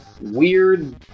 weird